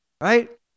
Right